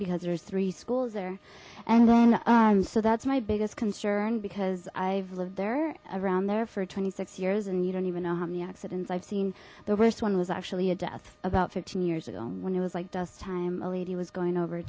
because there's three schools there and then um so that's my biggest concern because i've lived there around there for twenty six years and you don't even know how many accidents i've seen the worst one was actually a death about fifteen years ago when it was like dust time a lady was going over